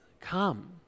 come